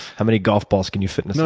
how many golf balls can you fit in a? no,